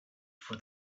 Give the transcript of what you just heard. for